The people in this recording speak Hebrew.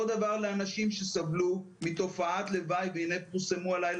אותו דבר לאנשים שסבלו מתופעת לוואי והנה פורסמו הלילה